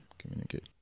communicate